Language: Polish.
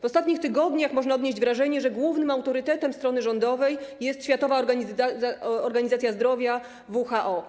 W ostatnich tygodniach można odnieść wrażenie, że głównym autorytetem strony rządowej jest Światowa Organizacja Zdrowia - WHO.